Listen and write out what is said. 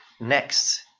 Next